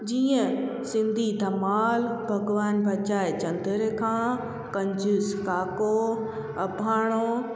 जीअं सिंधी धमाल भॻवानु बचाए चंदर खां कंजूस काको अभाणो